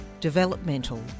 developmental